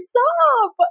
Stop